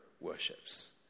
worships